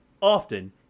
Often